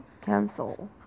Cancel